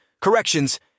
corrections